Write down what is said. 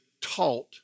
taught